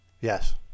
Yes